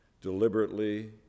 deliberately